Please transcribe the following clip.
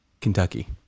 Kentucky